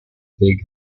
big